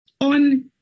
on